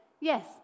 Yes